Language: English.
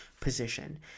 position